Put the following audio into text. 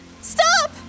Stop